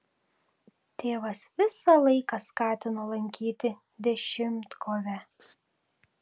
tėvas visą laiką skatino lankyti dešimtkovę